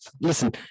listen